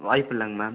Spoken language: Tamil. வாய்ப்பு இல்லைங்க மேம்